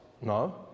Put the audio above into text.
No